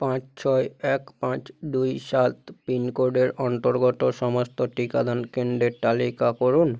পাঁচ ছয় এক পাঁচ দুই সাত পিনকোডের অন্তর্গত সমস্ত টিকাদান কেন্দ্রের তালিকা করুন